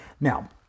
Now